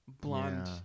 Blonde